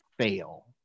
fail